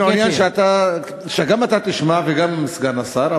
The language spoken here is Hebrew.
אני מעוניין שגם אתה תשמע וגם סגן השר,